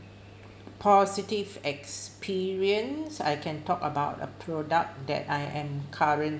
positive experience I can talk about a product that I am current~